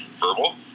verbal